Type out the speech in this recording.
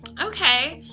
okay,